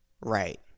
right